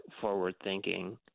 forward-thinking